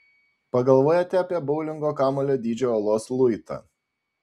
pagalvojate apie boulingo kamuolio dydžio uolos luitą